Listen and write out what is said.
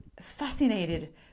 fascinated